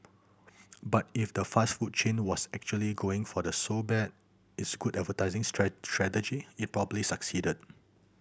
but if the fast food chain was actually going for the so bad it's good advertising strategy it probably succeeded